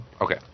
Okay